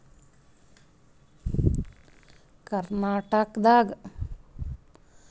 ಕರ್ನಾಟಕ್ ದಾಗ್ ಧಾರವಾಡ್ ಬಳ್ಳಾರಿ ರೈಚೂರ್ ಜಿಲ್ಲೆಗೊಳ್ ದಾಗ್ ಹತ್ತಿ ಭಾಳ್ ಪ್ರಮಾಣ್ ದಾಗ್ ಬೆಳೀತಾರ್